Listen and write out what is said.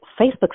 Facebook